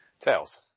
Tails